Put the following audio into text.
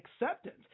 acceptance